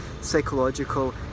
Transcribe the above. psychological